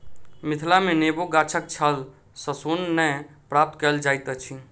मिथिला मे नेबो गाछक छाल सॅ सोन नै प्राप्त कएल जाइत अछि